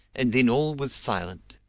and then all was silent.